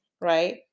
Right